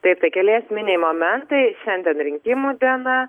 taip tai keli esminiai momentai šiandien rinkimų diena